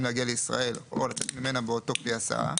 להגיע לישראל או לצאת ממנה באותו כלי הסעה,